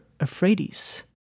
Euphrates